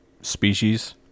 species